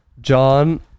John